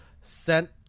sent